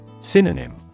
Synonym